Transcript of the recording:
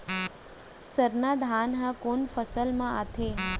सरना धान ह कोन फसल में आथे?